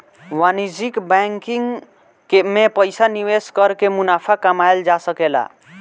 वाणिज्यिक बैंकिंग में पइसा निवेश कर के मुनाफा कमायेल जा सकेला